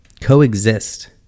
coexist